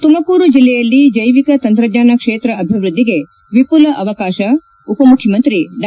ತುಮಕೂರು ಜಿಲ್ಲೆಯಲ್ಲಿ ಜೈವಿಕ ತಂತ್ರಜ್ಞಾನ ಕ್ಷೇತ್ರ ಅಭಿವೃದ್ಧಿಗೆ ವಿಪುಲ ಅವಕಾಶ ಉಪ ಮುಖ್ಯಮಂತ್ರಿ ಡಾ